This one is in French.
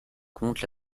compte